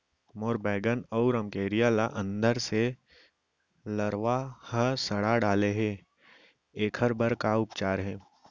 मोर बैगन अऊ रमकेरिया ल अंदर से लरवा ह सड़ा डाले हे, एखर बर का उपचार हे?